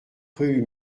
rue